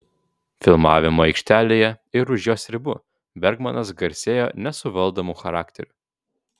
filmavimo aikštelėje ir už jos ribų bergmanas garsėjo nesuvaldomu charakteriu